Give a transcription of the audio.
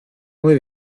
muy